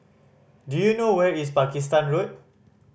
do you know where is Pakistan Road